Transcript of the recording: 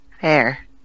fair